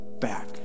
back